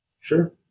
Sure